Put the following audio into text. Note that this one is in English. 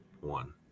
one